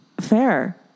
Fair